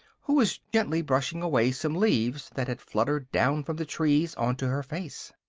who was gently brushing away some leaves that had fluttered down from the trees on to her face.